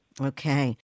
Okay